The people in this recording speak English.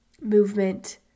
movement